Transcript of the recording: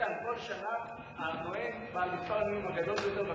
כל שנה הוא הנואם בעל מספר הנאומים הגדול ביותר בכנסת.